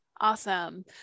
Awesome